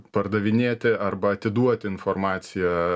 pardavinėti arba atiduoti informaciją